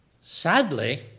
Sadly